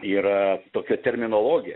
yra tokia terminologija